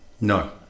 No